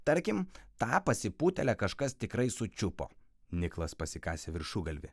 tarkim tą pasipūtėlę kažkas tikrai sučiupo niklas pasikasė viršugalvį